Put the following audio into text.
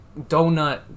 donut